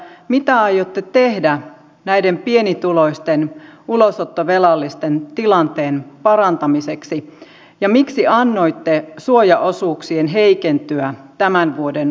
mitä aiotte tehdä näiden pienituloisten ulosottovelallisten tilanteen parantamiseksi ja miksi annoitte suojaosuuksien heikentyä tämän vuoden alusta